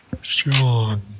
Sean